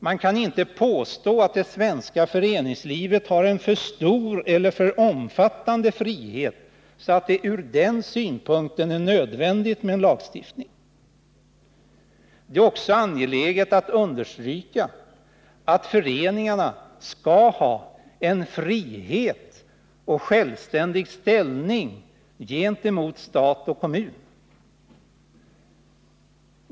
Man kan inte påstå att det svenska föreningslivet har en alltför stor eller en alltför omfattande frihet, så att det ur den synpunkten är nödvändigt med en lagstiftning. Det är också angeläget att understryka att föreningarna skall ha en fri och självständig ställning gentemot stat och kommun.